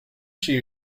się